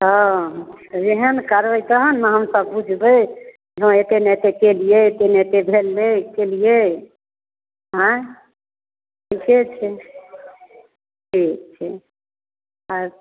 ओ एहन करबै तहन ने हमसब बुझबै हँ एतेक नहि एतेक केलिए एतेक ने एतेक भेलै केलिए अँइ ठीके छै ठीक छै अच्छा